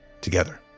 together